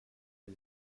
une